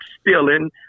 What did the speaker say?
stealing